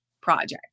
project